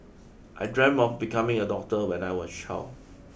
I dreamt of becoming a doctor when I was child